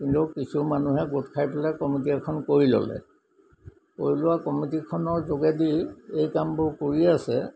কিন্তু কিছু মানুহে গোট খাই পেলাই কমিটি এখন কৰি ল'লে কৰি লোৱা কমিটিখনৰ যোগেদি এই কামবোৰ কৰিয়ে আছে